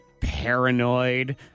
Paranoid